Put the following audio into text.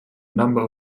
number